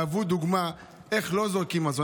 יהיו דוגמה לחברות הממשלתיות איך לא זורקים מזון,